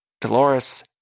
Dolores